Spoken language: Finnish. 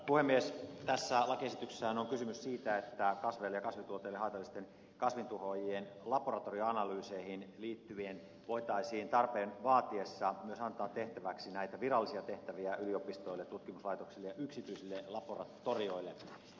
tässä lakiesityksessähän on kysymys siitä että kasveille ja kasvituotteille haitallisten kasvintuhoajien laboratorioanalyyseihin liittyen voitaisiin tarpeen vaatiessa näitä virallisia tehtäviä antaa tehtäväksi myös yliopistoille tutkimuslaitoksille ja yksityisille laboratorioille